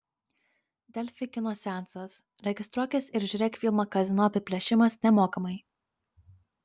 delfi kino seansas registruokis ir žiūrėk filmą kazino apiplėšimas nemokamai